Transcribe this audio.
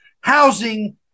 housing